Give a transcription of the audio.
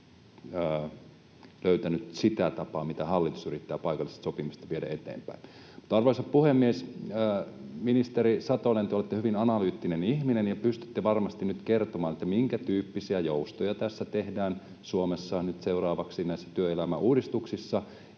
löytänyt ihan sitä tapaa, miten hallitus yrittää paikallista sopimista viedä eteenpäin. Arvoisa puhemies! Ministeri Satonen, te olette hyvin analyyttinen ihminen ja pystytte varmasti nyt kertomaan, minkätyyppisiä joustoja Suomessa tehdään nyt seuraavaksi näissä työelämäuudistuksissa,